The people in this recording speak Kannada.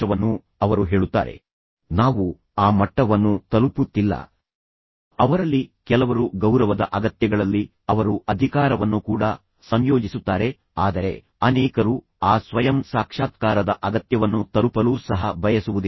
ನಾವು ಆ ಮಟ್ಟವನ್ನು ತಲುಪುತ್ತಿಲ್ಲ ನಮ್ಮಲ್ಲಿ ಹೆಚ್ಚಿನವರು ದೈಹಿಕ ಅಗತ್ಯಗಳಲ್ಲಿ ಸಿಕ್ಕಿಹಾಕಿಕೊಂಡಿದ್ದೇವೆ ಅವರಲ್ಲಿ ಕೆಲವರು ಭಾವನಾತ್ಮಕ ಅಗತ್ಯಗಳಲ್ಲಿ ಸಿಕ್ಕಿಹಾಕಿಕೊಂಡಿದ್ದಾರೆ ಅವರಲ್ಲಿ ಕೆಲವರು ಗೌರವದ ಅಗತ್ಯಗಳಲ್ಲಿ ಅವರು ಅಧಿಕಾರವನ್ನು ಕೂಡ ಸಂಯೋಜಿಸುತ್ತಾರೆ ಆದರೆ ಅನೇಕರು ಆ ಸ್ವಯಂ ಸಾಕ್ಷಾತ್ಕಾರದ ಅಗತ್ಯವನ್ನು ತಲುಪಲು ಸಹ ಬಯಸುವುದಿಲ್ಲ